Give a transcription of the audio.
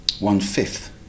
one-fifth